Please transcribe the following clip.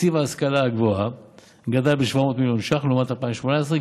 תקציב ההשכלה הגבוהה גדל ב-700 מיליון ש"ח לעומת 2018,